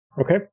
Okay